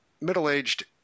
middle-aged